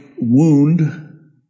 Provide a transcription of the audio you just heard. wound